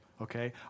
okay